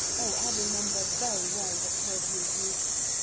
oh, i remember very well what word you used.